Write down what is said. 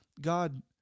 God